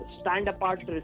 stand-apart